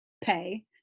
pay